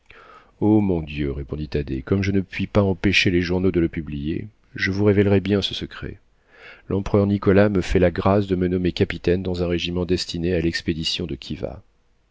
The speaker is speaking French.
oh mon dieu répondit thaddée comme je ne puis pas empêcher les journaux de le publier je vous révélerai bien ce secret l'empereur nicolas me fait la grâce de me nommer capitaine dans un régiment destiné à l'expédition de khiva